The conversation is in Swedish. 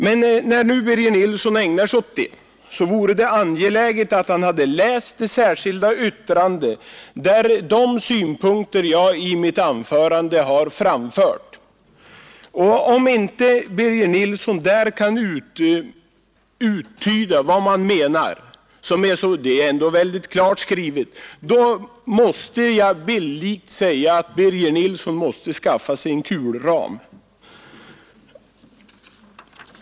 Men när nu Birger Nilsson ägnar sig åt detta vore det väl angeläget att han hade läst det särskilda yttrandet och tagit del av de synpunkter jag i mitt anförande har anfört. Och om inte Birger Nilsson kan räkna ut vad man menar i det särskilda yttrandet — det är ändå klart skrivet — måste jag säga att Birger Nilsson bildligt talat måste skaffa sig en kulram.